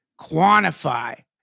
quantify